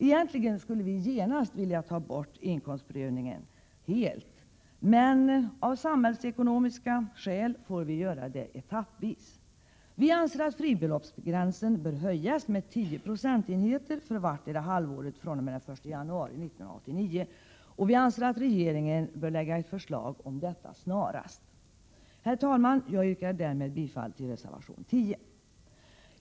Egentligen skulle vi genast vilja ta bort inkomstprövningen helt, men av samhällsekonomiska skäl får vi göra det etappvis. Vi anser att fribeloppsgränsen bör höjas med 10 procentenheter för vartdera halvåret fr.o.m. den 1 januari 1989, och vi anser att regeringen bör lägga fram ett förslag om detta snarast. Herr talman! Jag yrkar bifall till reservation 10.